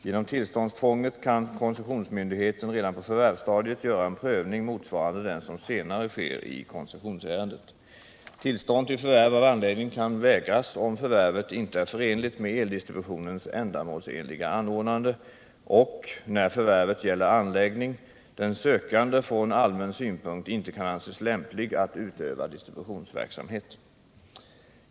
Genom tillståndstvånget kan koncessionsmyndigheten redan på förvärvsstadiet göra en prövning, motsvarande den som senare sker i koncessionsärendet. Tillstånd till förvärv av anläggning kan vägras om förvärvet inte är förenligt med eldistributionens ändamålsenliga anordnande och, när förvärvet gäller anläggning, den sökande från allmän synpunkt inte kan anses lämplig att utöva distributionsverksamhet.